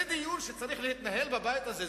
זה דיון שצריך להתנהל בבית הזה.